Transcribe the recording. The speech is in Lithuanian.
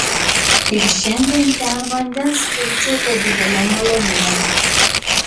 ir šiandien ten vandens eičiau be didelio malonumo